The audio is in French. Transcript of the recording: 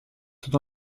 sont